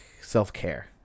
self-care